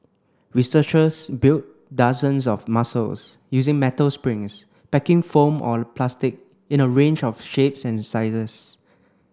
researchers built dozens of muscles using metal springs packing foam or plastic in a range of shapes and sizes